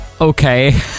Okay